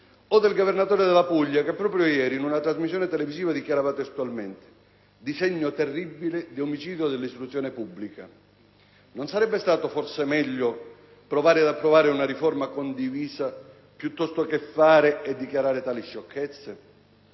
o del governatore della Puglia che proprio ieri, in una trasmissione televisiva, dichiarava testualmente: «Disegno terribile di omicidio dell'istruzione pubblica». Non sarebbe stato forse meglio provare ad approvare una riforma condivisa piuttosto che fare e dichiarare tali sciocchezze?